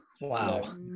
Wow